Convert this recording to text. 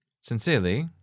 Sincerely